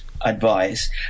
Advice